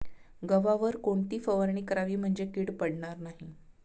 गव्हावर कोणती फवारणी करावी म्हणजे कीड पडणार नाही?